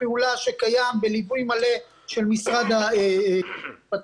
הפעולה שקיים בליווי מלא של משרד המשפטים,